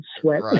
sweat